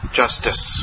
justice